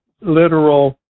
literal